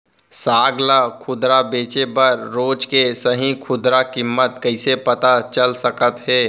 साग ला खुदरा बेचे बर रोज के सही खुदरा किम्मत कइसे पता चल सकत हे?